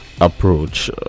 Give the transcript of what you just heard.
approach